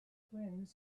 twins